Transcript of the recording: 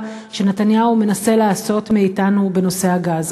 שנתניהו מנסה לעשות מאתנו בנושא הגז.